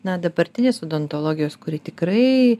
na dabartinės odontologijos kuri tikrai